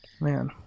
man